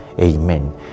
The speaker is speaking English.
Amen